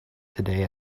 today